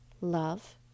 love